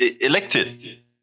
elected